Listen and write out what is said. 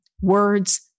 words